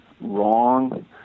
wrong